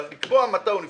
אבל לקבוע מתי הוא נפתח,